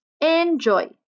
Enjoy